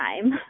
time